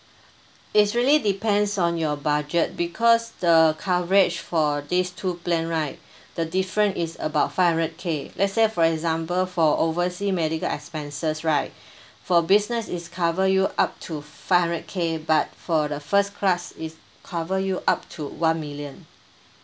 it's really depends on your budget because the coverage for this two plan right the different is about five hundred K let say for example for oversea medical expenses right for business is cover you up to five hundred K but for the first class is cover you up to one million